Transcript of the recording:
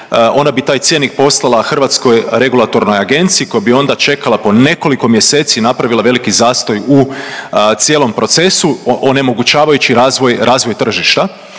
ona bi taj cjenik poslala Hrvatskoj regulatornoj agenciji koja bi onda čekala po nekoliko mjeseci i napravila veliki zastoj u cijelom procesu onemogućavajući razvoj, razvoj